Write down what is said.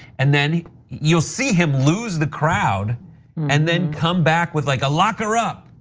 and then you'll see him lose the crowd and then come back with like a locker up.